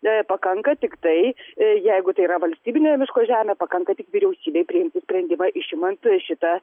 pakanka tiktai jeigu tai yra valstybinė miško žemė pakanka tik vyriausybei priimti sprendimą išimant šitą